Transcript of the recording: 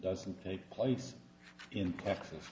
doesn't take place in texas